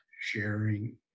sharing